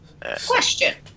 question